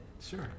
sure